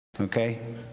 okay